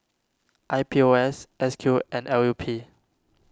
I P O S S Q and L U P